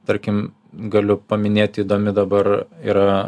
tarkim galiu paminėti įdomi dabar yra